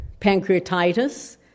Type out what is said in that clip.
pancreatitis